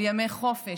על ימי חופש,